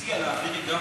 אני מציע להעביר גם